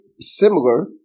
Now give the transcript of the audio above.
similar